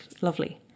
lovely